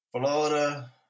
Florida